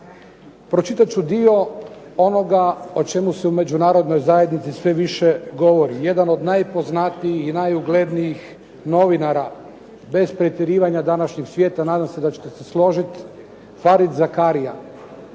Pročitat ću dio onoga o čemu se u Međunarodnoj zajednici sve više govori. Jedan od najpoznatijih, najuglednijih novinara bez pretjerivanja današnjeg svijeta, nadam se da ćete se složiti Farid Zakaria.